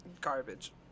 garbage